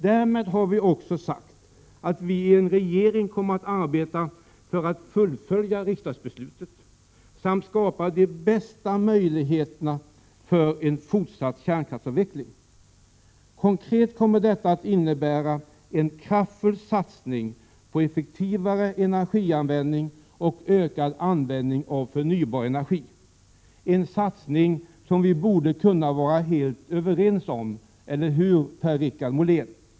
Därmed har vi också sagt att vi i en regering kommer att arbeta för att fullfölja riksdagsbeslutet och skapa bästa möjligheter för en fortsatt kärnkraftsavveckling. Konkret kommer detta att innebära en kraftfull satsning på effektivare energianvändning och ökad användning av förnybar energi, en satsning som vi borde kunna vara helt överens om — eller hur, Per-Richard Molén?